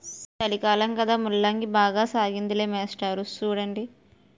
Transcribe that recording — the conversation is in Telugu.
సలికాలం కదా ముల్లంగి బాగా సాగయ్యిందిలే మాస్టారు సూడండి